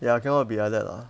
ya cannot be like that lah